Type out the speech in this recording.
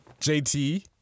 JT